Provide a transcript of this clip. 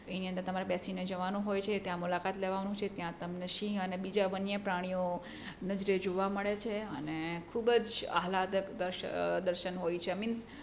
એની અંદર બેસીને તમારે જવાનું હોય છે ત્યાં મુલાકાત લેવાનું છે ત્યાં તમને સિંહ અને બીજા અન્ય પ્રાણીઓ નજરે જોવા મળે છે અને ખૂબ જ આહ્લાદક દર્શન હોય છે મિન્સ